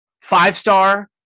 five-star